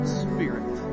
spirit